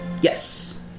Yes